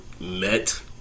met